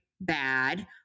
Bad